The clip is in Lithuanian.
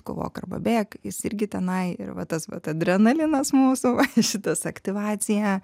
kovok arba bėk jis irgi tenai ir vat tas vat adrenalinas mūsų va šitas aktyvacija